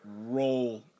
roll